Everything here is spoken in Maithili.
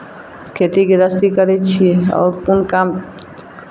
खेती गृहस्थी करै छियै आओर कोन काम